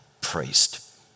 priest